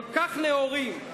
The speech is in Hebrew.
כל כך נאורים,